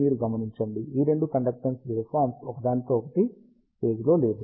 మీరు గమనించండి ఈ రెండు కండక్తెన్స్ వేవ్ ఫామ్స్ ఒకదానితో ఒకటి ఫేజ్ లో లేవు